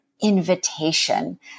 invitation